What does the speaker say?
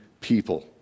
people